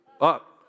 up